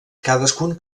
cadascun